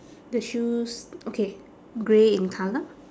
the shoes okay grey in colour